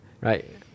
right